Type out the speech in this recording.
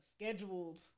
scheduled